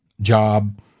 job